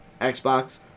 Xbox